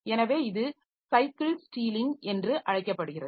எனவே இது cycle stealing என்று அழைக்கப்படுகிறது